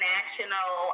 National